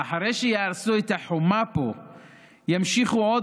ואחרי שיהרסו את החומה פה ימשיכו עוד